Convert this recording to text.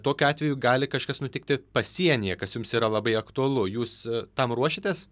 tokiu atveju gali kažkas nutikti pasienyje kas jums yra labai aktualu jūs tam ruošitės